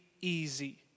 easy